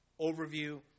overview